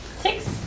Six